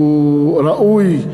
אולי תיקון קוסמטי קטן, והוא ראוי,